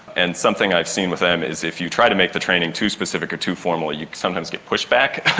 and something i've seen with them is if you try to make the training too specific or too formal you sometimes get push-back.